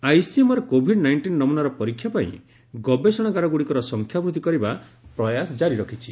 ICMR Covid nineteen ନମୁନାର ପରୀକ୍ଷା ପାଇଁ ଗବେଷଣାଗାରଗୁଡ଼ିକର ସଂଖ୍ୟା ବୃଦ୍ଧି କରିବା ପ୍ରୟାସ ଜାରି ରଖିଛି